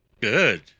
good